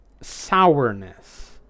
sourness